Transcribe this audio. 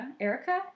Erica